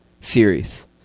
series